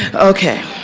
okay.